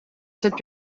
cette